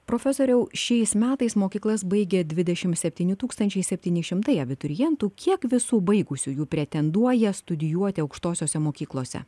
profesoriau šiais metais mokyklas baigia dvidešimt septyni tūkstančiai septyni šimtai abiturientų kiek visų baigusiųjų pretenduoja studijuoti aukštosiose mokyklose